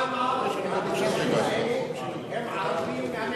כמה מהם הם ערבים מהנגב?